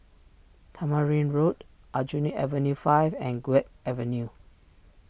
Tamarind Road Aljunied Avenue five and Guok Avenue